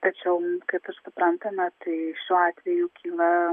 tačiau kaip ir suprantame tai šiuo atveju kyla